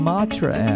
Matra